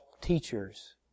teachers